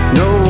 no